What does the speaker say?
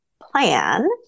plan